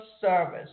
service